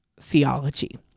theology